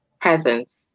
presence